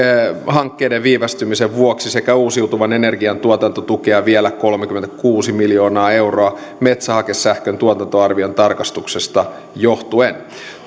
hankkeiden viivästymisen vuoksi sekä uusiutuvan energian tuotantotukea vielä kolmekymmentäkuusi miljoonaa euroa metsähakesähkön tuotantoarvion tarkastuksesta johtuen